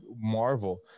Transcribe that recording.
marvel